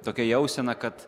tokia jausena kad